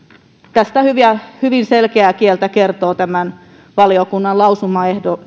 tästä hyvin selkeää kieltä kertoo valiokunnan lausumaehdotus